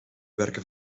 werken